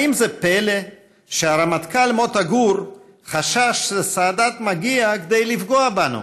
האם זה פלא שהרמטכ"ל מוטה גור חשש שסאדאת מגיע כדי לפגוע בנו?